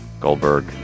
Goldberg